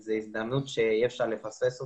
וזאת הזדמנות שהיא אפשר לפספס אותה.